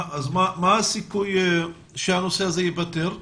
מה הסיכוי שהנושא הזה ייפתר?